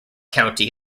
county